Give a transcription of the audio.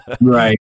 right